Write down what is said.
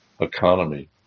economy